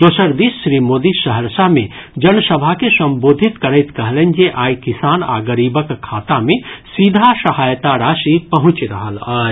दोसर दिस श्री मोदी सहरसा मे जनसभा के संबोधित करैत कहलनि जे आइ किसान आ गरीबक खाता मे सीधा सहायता राशि पहुंचि रहल अछि